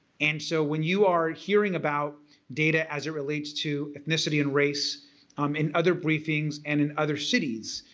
and so when you are hearing about data as it relates to ethnicity and race um in other briefings and in other cities,